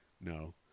No